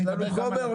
ואני אדבר גם על